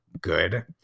good